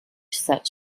said